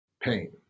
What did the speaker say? pain